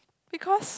because